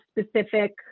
specific